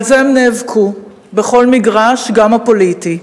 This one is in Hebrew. על זה הם נאבקו בכל מגרש, גם הפוליטי.